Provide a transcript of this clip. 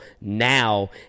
now